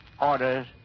orders